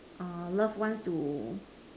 loved ones to